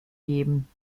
geben